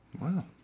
wow